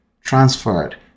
transferred